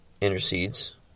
intercedes